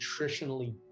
nutritionally